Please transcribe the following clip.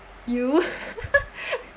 you